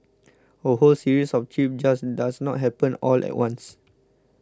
a whole series of trips just does not happen all at once